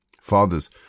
Fathers